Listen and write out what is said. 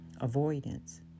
Avoidance